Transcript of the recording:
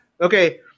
Okay